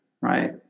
right